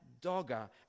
dogger